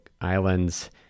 Islands